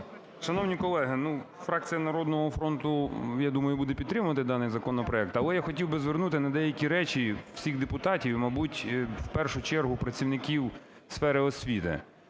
Шановні колеги, фракція "Народного фронту", я думаю, буде підтримувати даний законопроект. Але я хотів би звернути на деякі речі всіх депутатів, і, мабуть, в першу чергу, працівників сфери освіти: